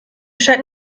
scheint